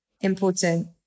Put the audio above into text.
important